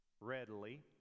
readily